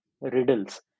riddles